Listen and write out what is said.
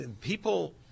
People